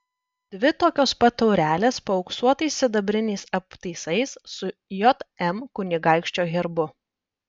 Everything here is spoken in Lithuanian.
dvi tokios pat taurelės paauksuotais sidabriniais aptaisais su jm kunigaikščio herbu